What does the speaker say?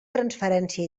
transferència